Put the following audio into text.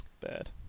bad